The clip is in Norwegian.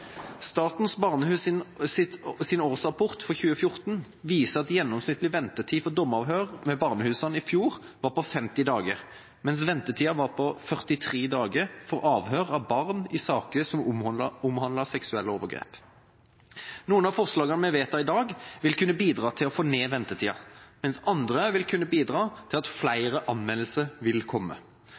Statens barnehus’ årsrapport for 2014 viser at gjennomsnittlig ventetid for dommeravhør ved barnehusene i fjor var på 50 dager, mens ventetida var på 43 dager for avhør av barn i saker som omhandlet seksuelle overgrep. Noen av forslagene vi vedtar i dag, vil kunne bidra til å få ned ventetida, mens andre vil kunne bidra til at flere anmeldelser vil komme.